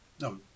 No